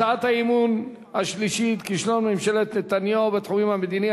הצעת האי-אמון השלישית: כישלון ממשלת נתניהו בתחום המדיני,